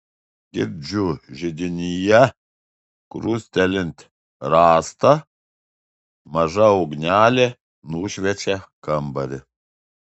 girdžiu židinyje krustelint rastą maža ugnelė nušviečia kambarį